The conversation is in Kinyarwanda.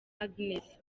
agnes